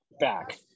back